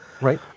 Right